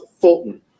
Fulton